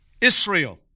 Israel